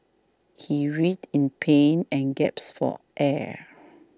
he writhed in pain and gasped for air